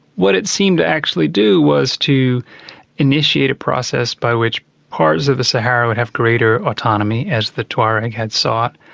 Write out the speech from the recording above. what it seemed to actually do was to initiate a process by which parts of the sahara would have greater autonomy, as the tuareg had sought,